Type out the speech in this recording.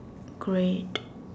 great